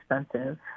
expensive